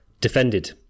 defended